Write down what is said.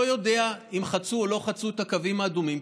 אני לא יודע אם חצו או לא חצו את הקווים האדומים,